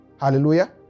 Hallelujah